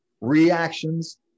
reactions